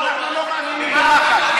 אנחנו לא מאמינים במח"ש.